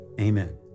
Amen